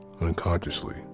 Unconsciously